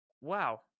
Wow